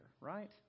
right